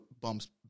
bumps